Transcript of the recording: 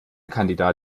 kandidat